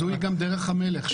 זוהי גם דרך המלך,